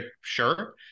sure